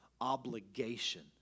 obligation